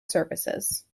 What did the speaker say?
services